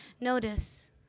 Notice